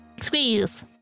Squeeze